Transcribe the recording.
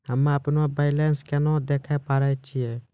हम्मे अपनो बैलेंस केना देखे पारे छियै?